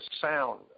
sound